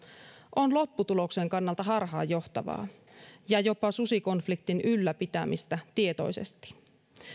on lopputuloksen kannalta harhaanjohtava ja jopa susikonfliktin ylläpitämistä tietoisesti